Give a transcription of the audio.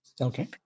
Okay